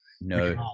no